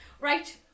Right